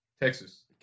Texas